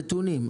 נתונים.